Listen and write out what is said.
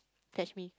fetch me